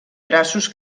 traços